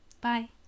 Bye